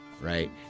right